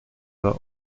were